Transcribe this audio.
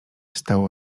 stało